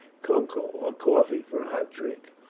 cocoa, or coffee for a hot drink.